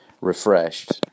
refreshed